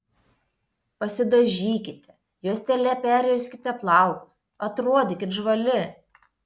pasidažykite juostele perjuoskite plaukus atrodykit žvali